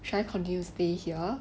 should I continue to stay here